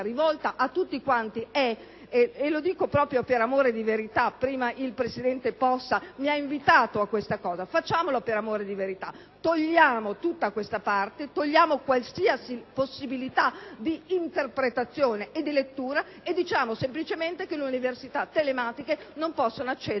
rivolgo a tutti è fatta per amore di verità (prima il presidente Possa mi ha invitato in tal senso): facciamolo per amore di verità, togliamo tutta questa parte, togliamo qualsiasi possibilità di interpretazione e di lettura e stabiliamo semplicemente che le università telematiche non possono accedere